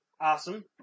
Awesome